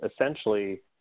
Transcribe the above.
essentially